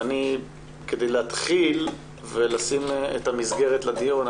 כדי להתחיל ולשים את המסגרת לדיון,